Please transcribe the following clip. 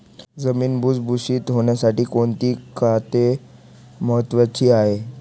जमीन भुसभुशीत होण्यासाठी कोणती खते महत्वाची आहेत?